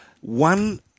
One